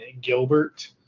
Gilbert